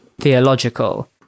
theological